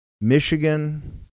Michigan